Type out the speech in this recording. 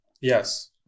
Yes